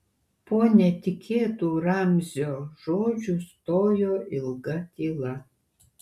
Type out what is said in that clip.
po netikėtų ramzio žodžių stojo ilga tyla